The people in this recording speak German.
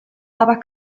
aber